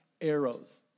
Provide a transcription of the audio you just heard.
arrows